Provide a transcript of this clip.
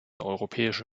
europäische